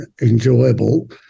enjoyable